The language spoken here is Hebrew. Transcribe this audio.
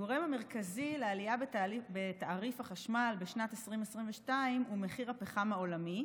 הגורם המרכזי לעלייה בתעריף החשמל בשנת 2022 הוא מחיר הפחם העולמי,